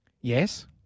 Yes